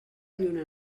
lluna